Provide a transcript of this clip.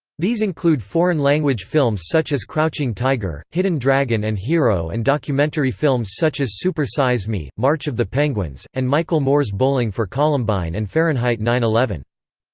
these include foreign-language films such as crouching tiger, hidden dragon and hero and documentary films such as super size me, march of the penguins, and michael moore's bowling for columbine and fahrenheit nine eleven.